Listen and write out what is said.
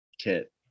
kit